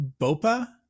Bopa